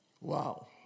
Wow